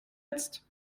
jetzt